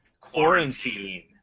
quarantine